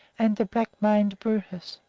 and the black-maned brutus.